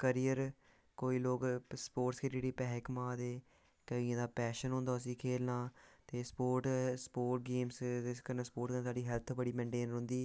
career कोई लोक sports खेढी खेढी पैसे कमा दे केइयें दा पैशन होंदा उस्सी खेलना ते स्पोर्ट स्पोर्ट गेम्स कन्नै हैल्थ साढ़ी बड़ी मेन्टेन रौंह्दी